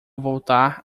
voltar